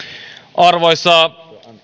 arvoisa